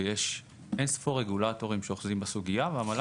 ויש אינספור רגולטורים שאוחזים בסוגייה.